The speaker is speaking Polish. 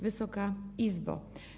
Wysoka Izbo!